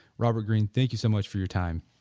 robert greene, thank you so much for your time